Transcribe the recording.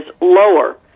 lower